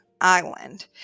island